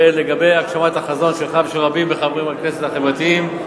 ולגבי הגשמת החזון שלך ושל רבים מחברי הכנסת החברתיים,